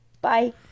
Bye